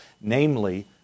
namely